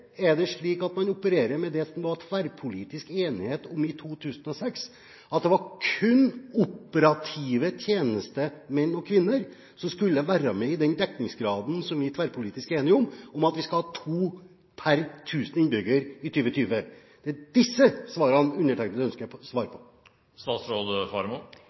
er det slik at man opererer med det som det var tverrpolitisk enighet om i 2006, at det kun var operative tjenestemenn og -kvinner som skulle være med i den dekningsgraden som vi var tverrpolitisk enige om, at man skal ha to per 1 000 innbyggere i 2020? Det er disse spørsmålene undertegnede ønsker svar